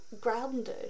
grounded